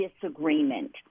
disagreement